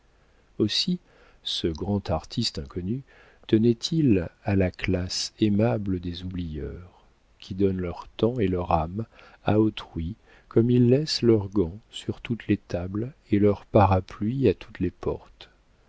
aussi ce grand artiste inconnu tenait-il à la classe aimable des oublieurs qui donnent leur temps et leur âme à autrui comme ils laissent leurs gants sur toutes les tables et leur parapluie à toutes les portes